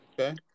Okay